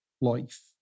life